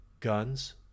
Guns